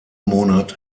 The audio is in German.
monat